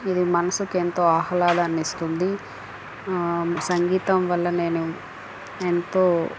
ఇది మనసుకు ఎంతో ఆహ్లాదాన్ని ఇస్తుంది సంగీతం వల్ల నేను ఎంతో